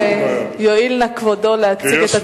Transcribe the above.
לפיכך, יואיל נא כבודו להציג את הצעת החוק.